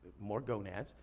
more gonads.